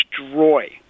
destroy